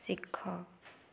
ଶିଖ